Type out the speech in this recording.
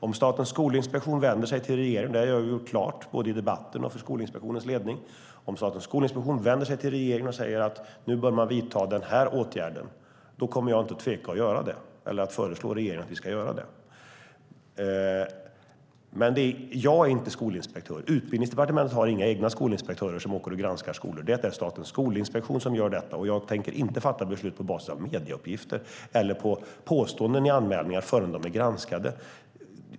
Om Statens skolinspektion vänder sig till regeringen - detta har jag gjort klart både i debatten och för Skolinspektionens ledning - och säger att man bör vidta en åtgärd kommer jag inte att tveka att göra det eller att föreslå regeringen att vi ska göra det. Men jag är inte skolinspektör. Utbildningsdepartementet har inga egna skolinspektörer som åker och granskar skolor. Det är Statens skolinspektion som gör detta. Jag tänker inte fatta beslut på basis av medieuppgifter eller på basis av påståenden i anmälningar förrän de är granskade.